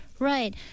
Right